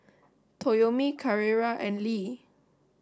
Toyomi Carrera and Lee